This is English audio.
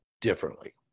differently